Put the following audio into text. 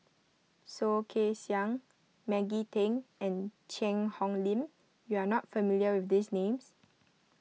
Soh Kay Siang Maggie Teng and Cheang Hong Lim you are not familiar with these names